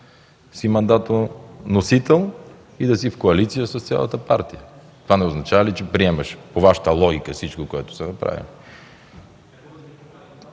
си мандатоносител и да си в коалиция с цялата партия. Това не означава ли, че приемаш, по Вашата логика, всичко, което са направили?